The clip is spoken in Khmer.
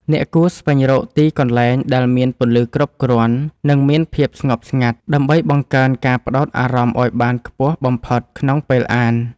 អ្នកគួរស្វែងរកទីកន្លែងដែលមានពន្លឺគ្រប់គ្រាន់ និងមានភាពស្ងប់ស្ងាត់ ដើម្បីបង្កើនការផ្ដោតអារម្មណ៍ឱ្យបានខ្ពស់បំផុតក្នុងពេលអាន។